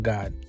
God